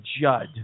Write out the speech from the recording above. Judd